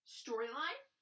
storyline